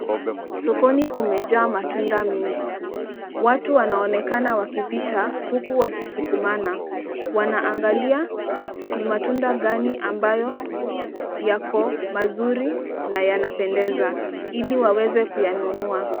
Sokoni kumejaa matunda mengi, watu wanaonekana wakipita, huku wakisukumana. Wanaangalia ni matunda gani ambayo yako mazuri na yanapendeza, ili waweze kuyanunua.